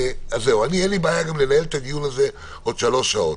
אין לי בעיה לנהל את הדיון הזה עוד שלוש שעות,